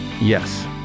Yes